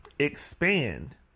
Expand